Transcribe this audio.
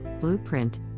Blueprint